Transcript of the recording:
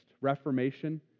Reformation